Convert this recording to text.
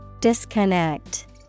Disconnect